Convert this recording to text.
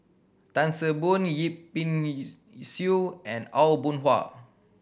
Tan See Boo Yip Pin Xiu and Aw Boon Haw